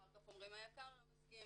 אחר כך אומרים היק"ר לא מסכים,